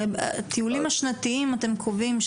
הרי בטיולים השנתיים אתם קובעים.